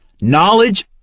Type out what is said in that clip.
Knowledge